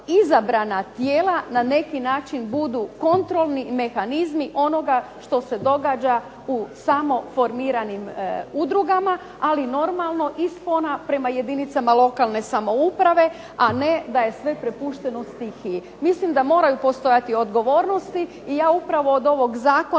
izabrana tijela na neki način budu kontrolni mehanizmi onoga što se događa u samo formiranim udrugama. Ali normalno i spona prema jedinicama lokane samouprave, a ne da je sve prepušteno stihiji. Mislim da moraju postojati odgovornosti. I ja upravo od ovog Zakona